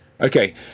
Okay